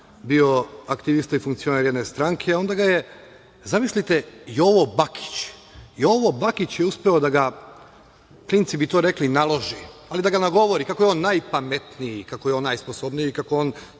bio aktivista i funkcioner jedne stranke, a onda ga je, zamislite, Jovo Bakić, uspeo da ga, klinci bi to rekli – naloži, ali da ga nagovori kako je on najpametniji, kako je on najsposobniji i kako on